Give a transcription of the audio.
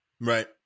Right